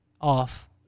off